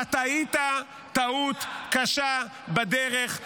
אתה טעית טעות קשה בדרך.